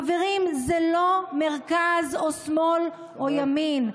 חברים, זה לא מרכז או שמאל או ימין,